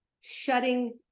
shutting